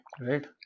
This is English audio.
right